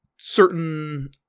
certain